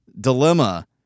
Dilemma